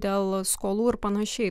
dėl skolų ir panašiai